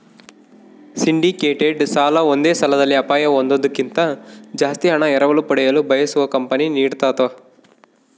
syndicated ಸಾಲ ಒಂದೇ ಸಾಲದಲ್ಲಿ ಅಪಾಯ ಹೊಂದೋದ್ಕಿಂತ ಜಾಸ್ತಿ ಹಣ ಎರವಲು ಪಡೆಯಲು ಬಯಸುವ ಕಂಪನಿ ನೀಡತವ